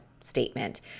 statement